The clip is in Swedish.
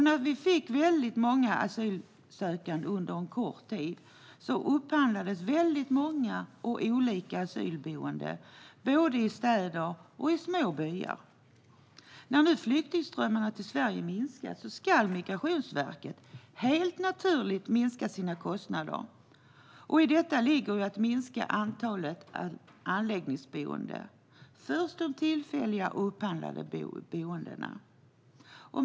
När vi fick många asylsökande under kort tid upphandlades många och olika asylboenden, både i städer och i små byar. Nu när flyktingströmmen till Sverige har minskat är det helt naturligt att Migrationsverket ska minska sina kostnader. I det ligger att minska antalet anläggningsboenden, först de tillfälliga och upphandlade boendena.